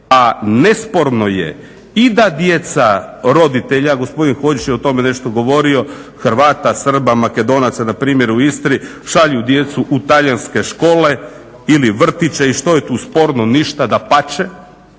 a nesporno je i da djeca roditelja gospodin Hodžić je o tome nešto govorio, Hrvata, Srba, Makedonaca npr. u Istri šalju djecu u talijanske škole ili vrtiće i što je tu sporno, ništa, dapače,